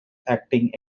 acting